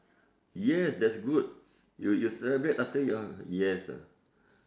yes that's good you you celebrate after you're yes ah